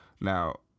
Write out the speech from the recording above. Now